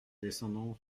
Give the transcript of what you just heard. descendant